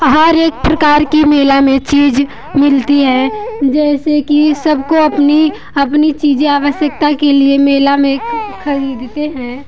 हर एक प्रकार की मेला में चीज मिलती है जैसे कि सबको अपनी अपनी चीज़ें आवश्यकता के लिए मेला में खरीदते हैं